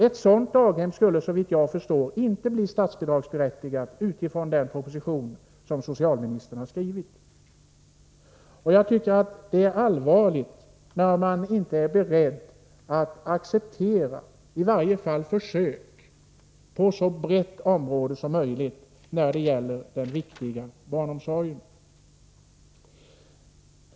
Ett sådant daghem skulle, såvitt jag förstår, inte bli statsbidragsberättigat på basis av den proposition som socialministern har skrivit. Jag tycker att det är allvarligt när man inte är beredd att acceptera i varje fall försök på ett så brett område som möjligt när det gäller den viktiga barnomsorgen.